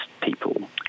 people